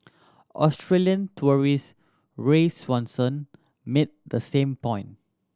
Australian tourist Ray Swanson made the same point